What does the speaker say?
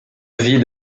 vie